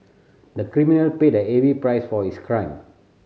the criminal paid a heavy price for his crime